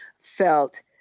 felt